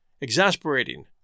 exasperating